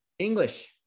English